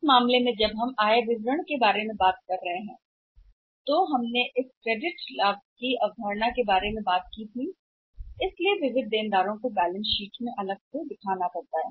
इस मामले में जब हम आय विवरण के बारे में बात कर रहे हैं तो हमने इस अवधारणा के बारे में बात की थी क्रेडिट प्रॉफिट इसीलिए सॉरी डेटर्स को बैलेंस शीट में अलग से दिखाना पड़ता है